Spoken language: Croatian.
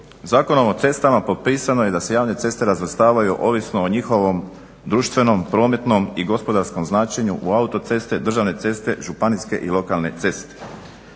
"Zakonom o cestama potpisano je da se javne ceste razvrstavaju ovisno o njihovom društvenom, prometnom i gospodarskom značenju u autoceste, državne ceste, županijske i lokalne ceste.